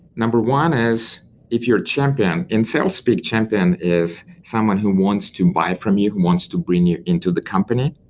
number one is if your champion in sales speak, champion is someone who wants to buy from you, who wants to bring you into the company.